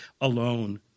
alone